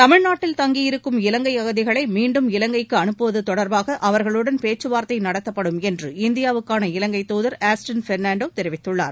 தமிழ்நாட்டில் தங்கியிருக்கும் இலங்கை அகதிகளை மீண்டும் இலங்கைக்கு அனுப்புவது தொடர்பாக அவர்களுடன் பேச்சு வார்த்தை நடத்தப்படும் என்று இந்தியாவுக்கான இலங்கைத் துதர் ஆஸ்டின் பெர்ணான்டோ தெரிவித்துள்ளார்